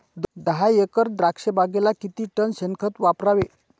दहा एकर द्राक्षबागेला किती टन शेणखत वापरावे?